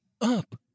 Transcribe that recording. Up